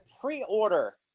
pre-order